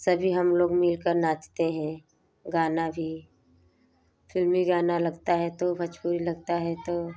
सभी हम लोग मिलकर नाचते हैं गाना भी फिल्मी गाना लगता है तो भोजपुरी लगता है तो